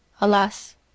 Alas